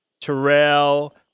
Terrell